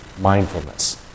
mindfulness